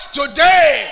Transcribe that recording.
today